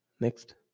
Next